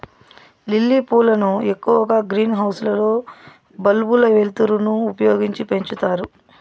lily పూలను ఎక్కువగా green house లలో బల్బుల వెలుతురును ఉపయోగించి పెంచుతారు